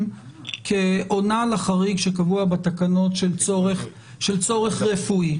כעונה לחריג שקבוע בתקנות של צורך רפואי.